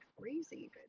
crazy